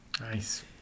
nice